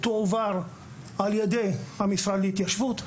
תועבר על ידי המשרד להתיישבות,